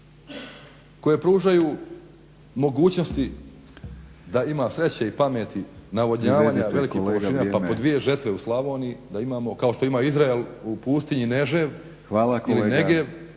koje pružaju mogućnosti da ima sreće i pameti navodnjavanja velikih … pa po dvije žetve u Slavoniji da imamo kao što ima Izrael u pustinji **Batinić,